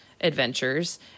adventures